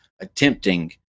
attempting